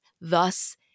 thus